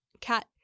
cat